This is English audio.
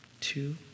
two